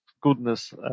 goodness